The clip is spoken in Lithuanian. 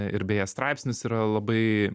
ir beje straipsnis yra labai